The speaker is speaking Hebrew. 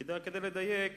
כדי לדייק,